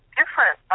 different